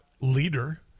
leader